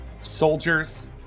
soldiers